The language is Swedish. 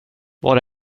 var